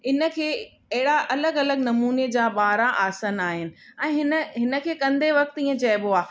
इनखे अहिड़ा अलॻि अलॻि नमुने जा ॿाराहं आसन आहिनि ऐं हिन हिनखे कंदे वक्त ईंअ चइबो आहे